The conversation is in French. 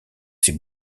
ces